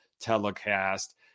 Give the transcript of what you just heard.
telecast